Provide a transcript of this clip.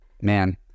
man